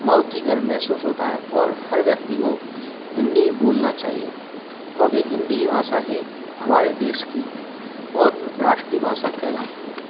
बहुत ही गर्व महसूस होता है और हर व्यक्ति को हिंदी बोलना चाहिए क्योंकि हिंदी भाषा ही हमारे देश की बहुत राष्ट्रीय भाषा कहलाती है